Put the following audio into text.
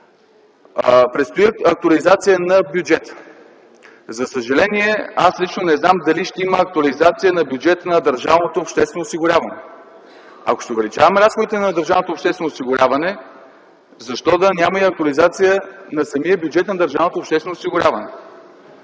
Предстои актуализация на бюджета. За съжаление аз лично не знам дали ще има актуализация на бюджета на държавното обществено осигуряване. Ако ще увеличаваме разходите на държавното обществено осигуряване, защо да няма и актуализация на самия бюджет на държавното обществено осигуряване?